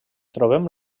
trobem